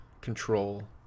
control